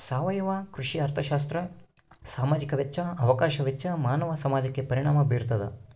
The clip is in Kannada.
ಸಾವಯವ ಕೃಷಿ ಅರ್ಥಶಾಸ್ತ್ರ ಸಾಮಾಜಿಕ ವೆಚ್ಚ ಅವಕಾಶ ವೆಚ್ಚ ಮಾನವ ಸಮಾಜಕ್ಕೆ ಪರಿಣಾಮ ಬೀರ್ತಾದ